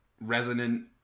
resonant